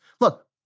Look